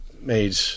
made